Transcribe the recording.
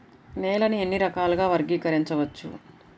నేలని ఎన్ని రకాలుగా వర్గీకరించవచ్చు?